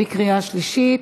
בקריאה שלישית.